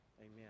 Amen